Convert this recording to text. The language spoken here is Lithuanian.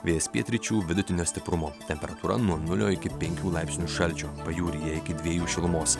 vėjas pietryčių vidutinio stiprumo temperatūra nuo nulio iki penkių laipsnių šalčio pajūryje iki dviejų šilumos